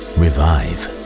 revive